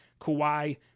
Kawhi